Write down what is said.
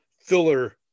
filler